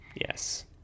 Yes